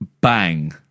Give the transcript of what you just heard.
bang